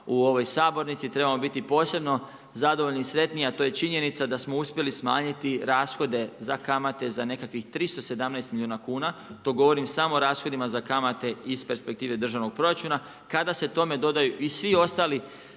u ovoj sabornici trebamo biti posebno zadovoljni i sretni, a to je činjenica da smo uspjeli smanjiti rashode za kamate za nekakvih 317 milijuna kuna. To govorim samo o rashodima za kamate iz perspektive držanog proračuna, kada se tome dodaju i svi ostali